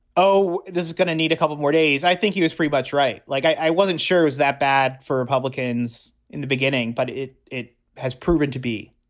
oh, this is going to need a couple more days, i think he was pretty much right. like, i wasn't sure was that bad for republicans in the beginning. but it it has proven to be